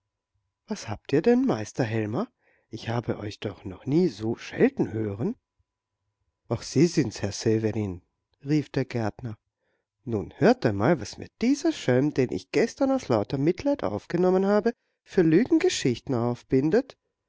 was habt ihr denn meister helmer ich habe euch doch noch nie so schelten hören ach sie sind's herr severin rief der gärtner nun hört einmal was mir dieser schelm den ich gestern aus lauter mitleid aufgenommen habe für lügengeschichten aufbindet